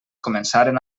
començaren